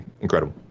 incredible